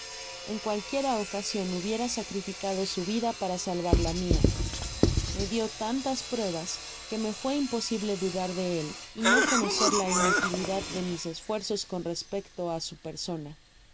en cualquiera oca sion hubiera sacrificado su vida para salvar la mia me dió tantas pruebas que me fué imposible dudar de él y no conocer la inutilidad de mis esfuerzos con respecto á su persona